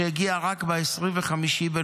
והוא הגיע רק ב-25 בנובמבר,